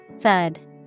Thud